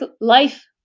life